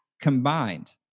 Combined